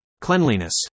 Cleanliness